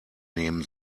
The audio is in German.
nehmen